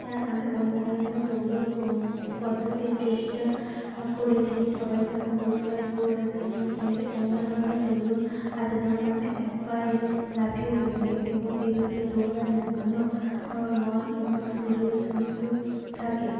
হ্যাঁ আমি অন্য ধরনের দৌড়ও পদ্ধতির চেষ্টা করেছেন সবাই যেমন দুপায়ে দৌড়ায় যেমন এইভাবে অন্য ধরনের দৌড়ও আছে যেমন আমি এক পায়ে লাফিয়ে দৌড়োই এবং এভাবে দৌড়ালে মনও মন এবং শরীরও সুস্থ থাকে